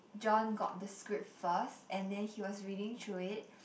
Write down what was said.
John got the script first and then he was reading through it